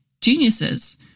geniuses